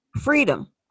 Freedom